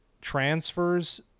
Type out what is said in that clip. transfers